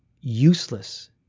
useless